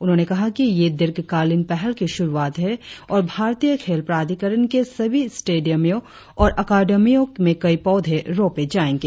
उन्होंने कहा कि यह दीर्घकालीन पहल की शुरुआत है और भारतीय खेल प्राधिकरण के सभी स्टेडियमों और अकादमियों में कई पौधे रोपे जाएंगे